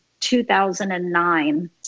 2009